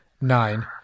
nine